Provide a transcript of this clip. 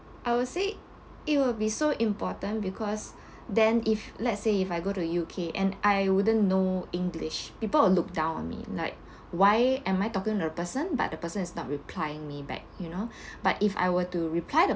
I would say it will be so important because then if let's say if I go to U_K and I wouldn't know english people would look down on me like why am I talking to the person but the person is not replying me back you know but if I were to reply